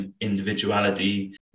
individuality